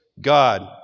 God